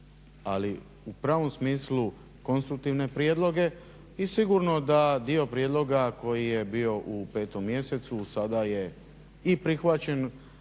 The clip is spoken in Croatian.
ali u pravom smislu konstruktivne prijedloge. I sigurno da dio prijedloga koji je bio u 5 mjesecu sada je i prihvaćen